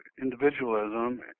individualism